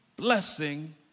blessing